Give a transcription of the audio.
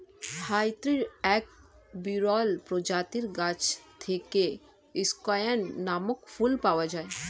হাইতির এক বিরল প্রজাতির গাছ থেকে স্কেয়ান নামক ফুল পাওয়া যায়